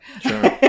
Sure